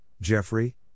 Jeffrey